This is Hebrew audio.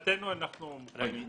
מבחינתנו, אנחנו מוכנים לכך.